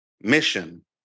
Mission